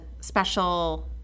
special –